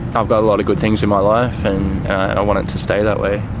i've got a lot of good things in my life and i want it to stay that way.